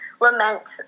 lament